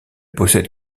possède